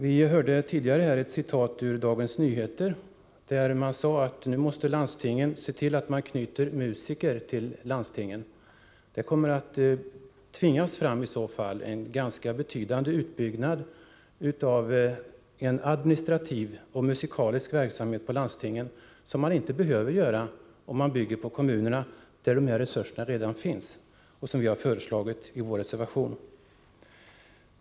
Vi hörde tidigare ett citat ur Dagens Nyheter, där det sades: Nu måste landstingen se till att man knyter musiker till sig. Det kommer i så fall att inom landstingen tvingas fram en ganska betydande utbyggnad av en administrativ och musikalisk verksamhet som inte behövs om man bygger på kommunerna, där resurserna redan finns. Det är vad vi har föreslagit i vår reservation 1.